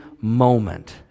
moment